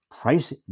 price